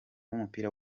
w’umupira